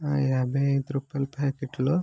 ఆ యాభై ఐదు రూపాయలు ప్యాకెట్లో